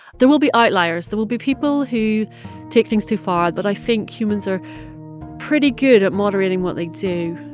there will be outliers. there will be people who take things too far. but i think humans are pretty good at moderating what they do.